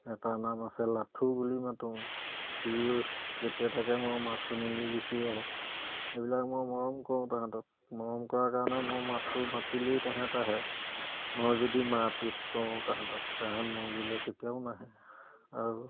এটা নাম আছে লাঠু বুলি মাতোঁ সিও য'তে থাকে মোৰ মাত শুনিলেই গুচি আহে সেইবিলাক মই মৰম কৰোঁ তাহাঁতক মৰম কৰাৰ কাৰণে মোৰ মাতটো মাতিলেই তাহাঁত আহে মই যদি মাৰ পিট কৰোঁ তাহাঁতক তাহাঁত মোৰ গুৰিলে কেতিয়াও নাহে আৰু